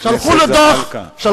שלחו לו דוח, מתיימר לדעת.